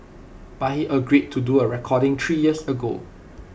but he agreed to do A recording three years ago